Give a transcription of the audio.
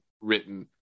written